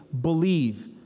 believe